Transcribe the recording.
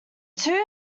two